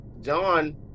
John